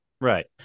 Right